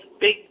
big